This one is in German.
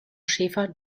schäfer